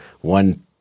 one